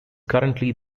currently